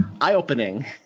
eye-opening